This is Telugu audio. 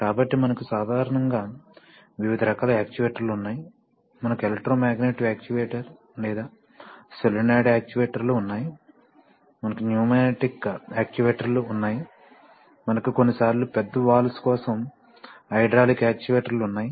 కాబట్టి మనకు సాధారణంగా వివిధ రకాల యాక్చుయేటర్లు ఉన్నాయి మనకు ఎలక్ట్రోమాగ్నెటిక్ యాక్చుయేటర్ లేదా సోలేనోయిడ్ యాక్చుయేటర్లు ఉన్నాయి మనకు న్యూమాటిక్ యాక్చుయేటర్లు ఉన్నాయి మనకు కొన్నిసార్లు పెద్ద వాల్వ్స్ కోసం హైడ్రాలిక్ యాక్చుయేటర్లు ఉన్నాయి